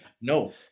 no